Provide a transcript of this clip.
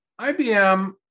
IBM